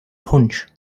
punch